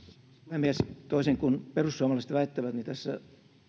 puhemies toisin kuin perussuomalaiset väittävät tässä